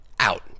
out